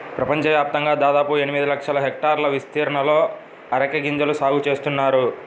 ప్రపంచవ్యాప్తంగా దాదాపు ఎనిమిది లక్షల హెక్టార్ల విస్తీర్ణంలో అరెక గింజల సాగు చేస్తున్నారు